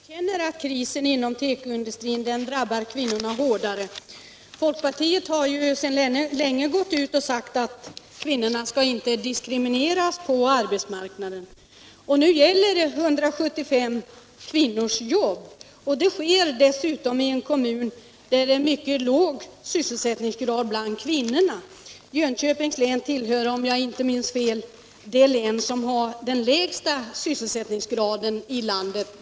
Herr talman! Herr Wirtén erkänner att krisen inom tekoindustrin drabbar framför allt kvinnorna. Folkpartiet har dessutom sedan länge gått ut och sagt att kvinnorna inte skall diskrimineras på arbetsmarknaden. Nu gäller det 175 kvinnors jobb. Det gäller dessutom en kommun som har en mycket låg sysselsättningsgrad bland kvinnorna — Jönköpings län tillhör, om jag inte minns fel, det län som när det gäller kvinnorna har den lägsta sysselsättningsgraden i landet.